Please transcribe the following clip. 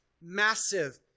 massive